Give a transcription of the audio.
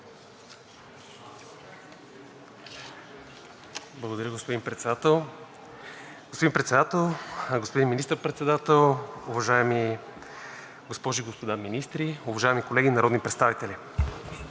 Благодаря, господин Председател. Господин Председател, господин Министър-председател, уважаеми госпожи и господа министри, уважаеми колеги народни представители!